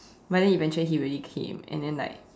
but then eventually he really came and then like